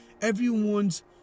everyone's